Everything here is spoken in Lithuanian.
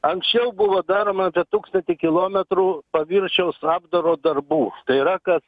anksčiau buvo daroma apie tūkstantį kilometrų paviršiaus apdaro darbų tai yra kas